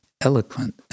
eloquent